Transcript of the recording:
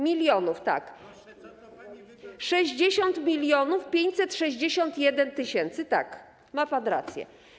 Milionów, tak. 60 561 tys. Tak, ma pan rację.